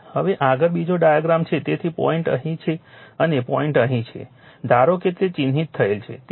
હવે આગળ બીજો ડાયાગ્રામ છે તેથી પોઇન્ટ અહીં છે અને પોઇન્ટ અહીં છે ધારો કે તે ચિહ્નિત થયેલ છે